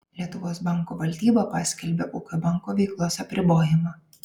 lietuvos banko valdyba paskelbė ūkio banko veiklos apribojimą